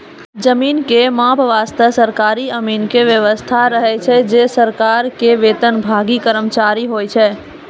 जमीन के माप वास्तॅ सरकारी अमीन के व्यवस्था रहै छै जे सरकार के वेतनभागी कर्मचारी होय छै